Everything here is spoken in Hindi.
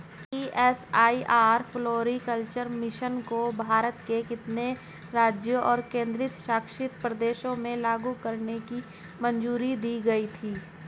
सी.एस.आई.आर फ्लोरीकल्चर मिशन को भारत के कितने राज्यों और केंद्र शासित प्रदेशों में लागू करने की मंजूरी दी गई थी?